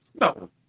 No